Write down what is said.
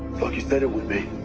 like you said it would be.